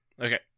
Okay